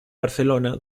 barcelona